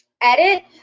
edit